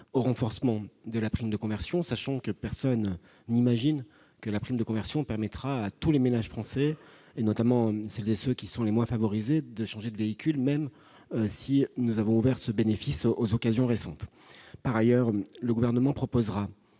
au renforcement de la prime de conversion, sachant que personne n'imagine que cette prime permettra à tous les ménages français, en particulier à ceux qui sont le moins favorisés, de changer de véhicule, même si nous avons ouvert ce bénéfice aux voitures d'occasion récentes. Par ailleurs, le Gouvernement proposera,